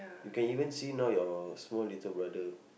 you can even see now your small little brother